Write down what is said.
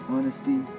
Honesty